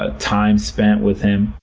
ah time spent with him.